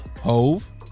Hove